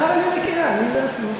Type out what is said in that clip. עכשיו אני מכירה מי זה השמאל.